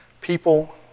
people